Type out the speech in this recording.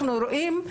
אנחנו רואים,